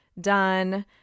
done